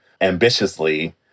ambitiously